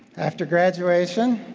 after graduation,